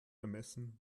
ermessen